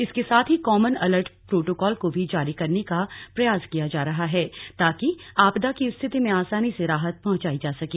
इसके साथ ही कॉमन अलर्ट प्रोटोकॉल को भी जारी करने का प्रयास किया जा रहा है ताकि आपदा की स्थिति में आसानी से राहत पहुंचाई जा सके